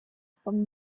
from